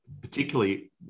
particularly